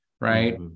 right